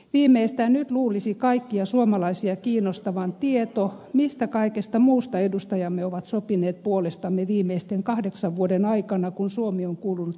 viimeistään nyt luulisi kaikkia suomalaisia kiinnostavan tieto mistä kaikesta muusta edustajamme ovat sopineet puolestamme viimeisten kahdeksan vuoden aikana kun suomi on kuulunut yhteisvaluuttaan